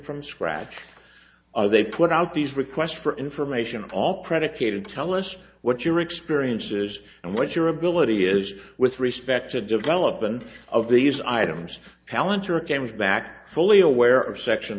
from scratch they put out these requests for information all predicated tell us what your experience is and what your ability is with respect to development of these items talents or came back fully aware of section